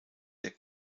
der